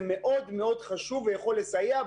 זה מאוד חשוב ויכול לסייע.